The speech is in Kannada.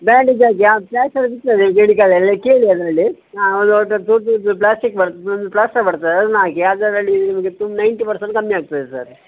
ಬ್ಯಾಂಡೇಜ್ ಹಾಕಿ ಆ ಪ್ಲಾಸ್ಟರ್ ಸಿಗ್ತದೆ ಮೆಡಿಕಲಲ್ಲಿ ಕೇಳಿ ಅದರಲ್ಲಿ ದೊಡ್ಡ ದೊಡ್ಡದು ಪ್ಲಾಸ್ಟಿಕ್ ಬರುತ್ತೆ ಒಂದು ಪ್ಲಾಸ್ಟರ್ ಬರ್ತದೆ ಅದನ್ನ ಹಾಕಿ ಅದರಲ್ಲಿ ನಿಮಗೆ ತು ನೈನ್ಟಿ ಪರ್ಸೆಂಟ್ ಕಮ್ಮಿ ಆಗ್ತದೆ ಸರ್